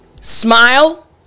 smile